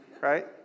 right